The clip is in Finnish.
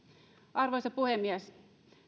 arvoisa puhemies